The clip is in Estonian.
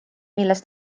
millest